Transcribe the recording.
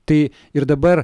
tai ir dabar